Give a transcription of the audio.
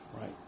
right